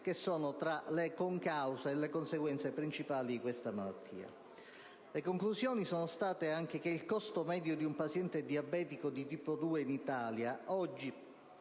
che sono tra le conseguenze principali di questa malattia. Le conclusioni sono state che il costo medio di un paziente diabetico di tipo 2 in Italia è oggi